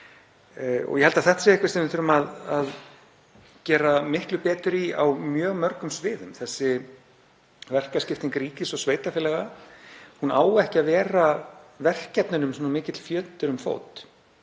Ég held að þetta sé eitthvað sem við þurfum að gera miklu betur í á mjög mörgum sviðum. Þessi verkaskipting ríkis og sveitarfélaga á ekki að vera verkefnunum svona mikill fjötur um fót.